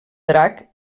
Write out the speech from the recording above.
drac